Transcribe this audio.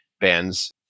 bands